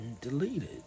deleted